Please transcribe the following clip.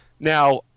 Now